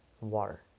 water